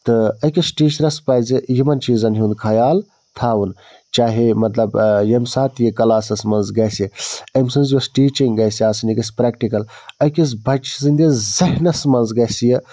تہٕ أکِس ٹیٖچرَس پَزِ یِمَن چیٖزَن ہُنٛد خیال تھاوُن چاہے مطلب ییٚمہِ ساتہٕ یہِ کَلاسَس منٛز گژھِ أمۍ سٕنٛز یۄس ٹیٖچِنٛگ گژھِ آسٕنۍ یہِ گژھِ پرٛیکٹِکَل أکِس بَچہِ سٕنٛدِس ذہنَس منٛز گژھِ یہِ